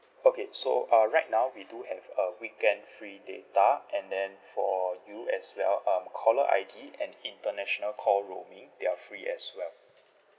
okay so uh right now we do have uh weekend free data and then for you as well um caller I_D and international call roaming they're free as well